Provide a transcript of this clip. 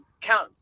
count